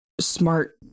smart